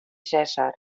cèsar